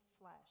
flesh